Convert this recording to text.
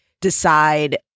decide